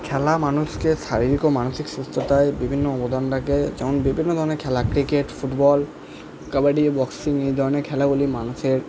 খেলা মানুষকে শারীরিক ও মানসিক সুস্থতায় বিভিন্ন অবদান রাখে যেমন বিভিন্ন ধরণের খেলা ক্রিকেট ফুটবল কাবাডি বক্সিং এই ধরণের খেলাগুলি মানুষের